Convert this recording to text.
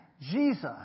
Jesus